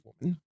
woman